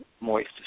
moist